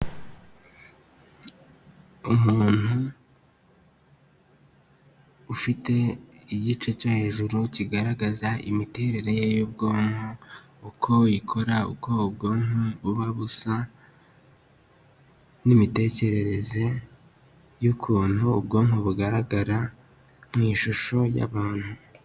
Umuntu ufite igice cyo hejuru kigaragaza imiterere ye y'ubwonko, uko ikora uko ubwonko buba busa n'imitekerereze y'ukuntu ubwonko bugaragara mu ishusho y'abantu.